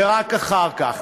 ורק אחר כך